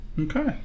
Okay